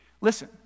Listen